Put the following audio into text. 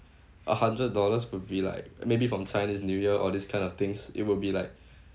a hundred dollars would be like maybe from chinese new year or this kind of things it will be like